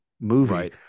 movie